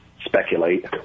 speculate